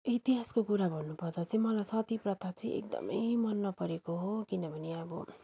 इतिहासको कुरा भन्नुपर्दा चाहिँ मलाई सती प्रथा चाहिँ एकदमै मन नपरेको हो किनभने अब